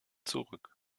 zurück